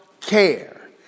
care